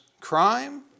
crime